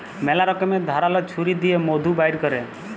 ম্যালা রকমের ধারাল ছুরি দিঁয়ে মধু বাইর ক্যরে